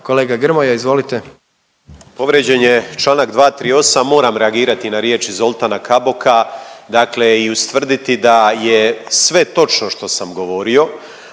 Kolega Bauk izvolite.